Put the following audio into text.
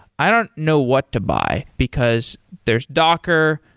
i don't know what to buy, because there's docker,